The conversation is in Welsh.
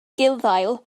gulddail